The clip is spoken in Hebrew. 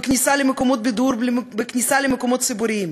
בכניסה למקומות בידור ולמקומות ציבוריים,